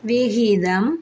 விகிதம்